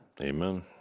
Amen